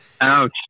Ouch